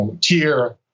tier